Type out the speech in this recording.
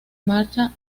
marcha